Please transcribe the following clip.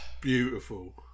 beautiful